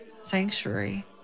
sanctuary